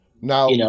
Now